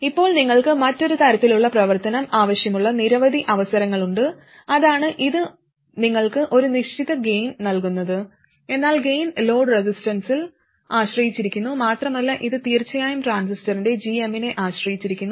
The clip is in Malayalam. ഇപ്പോൾ നിങ്ങൾക്ക് മറ്റൊരു തരത്തിലുള്ള പ്രവർത്തനം ആവശ്യമുള്ള നിരവധി അവസരങ്ങളുണ്ട് അതാണ് ഇത് നിങ്ങൾക്ക് ഒരു നിശ്ചിത ഗെയിൻ നൽകുന്നത് എന്നാൽ ഗെയിൻ ലോഡ് റെസിസ്റ്റൻസിൽ ആശ്രയിച്ചിരിക്കുന്നു മാത്രമല്ല ഇത് തീർച്ചയായും ട്രാൻസിസ്റ്ററിന്റെ gm നെ ആശ്രയിച്ചിരിക്കുന്നു